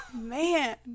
Man